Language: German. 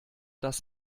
das